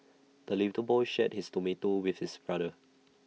the little boy shared his tomato with his brother